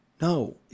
No